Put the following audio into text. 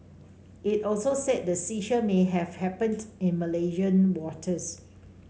it also said the seizure may have happened in Malaysian waters